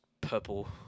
purple